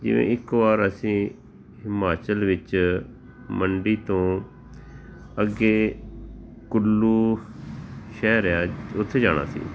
ਜਿਵੇਂ ਇੱਕ ਵਾਰ ਅਸੀਂ ਹਿਮਾਚਲ ਵਿੱਚ ਮੰਡੀ ਤੋਂ ਅੱਗੇ ਕੁੱਲੂ ਸ਼ਹਿਰ ਹੈ ਉੱਥੇ ਜਾਣਾ ਸੀ